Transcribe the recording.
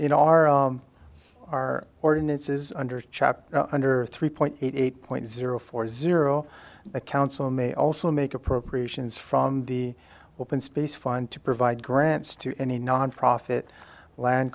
in our our ordinances under chapter under three point eight eight point zero four zero the council may also make appropriations from the open space fund to provide grants to any nonprofit land